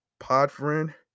Podfriend